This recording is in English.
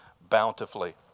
bountifully